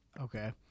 Okay